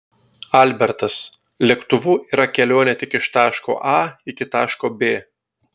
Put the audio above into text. albertas lėktuvu yra kelionė tik iš taško a iki taško b